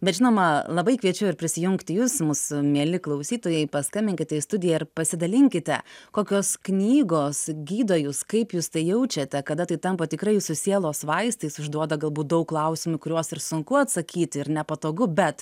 bet žinoma labai kviečiu ir prisijungti jus mūsų mieli klausytojai paskambinkite į studiją ir pasidalinkite kokios knygos gydo jus kaip jūs tai jaučiate kada tai tampa tikrai jūsų sielos vaistais užduoda galbūt daug klausimų kuriuos ir sunku atsakyti ir nepatogu bet